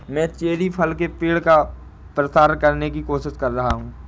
मैं चेरी फल के पेड़ का प्रसार करने की कोशिश कर रहा हूं